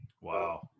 wow